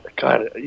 God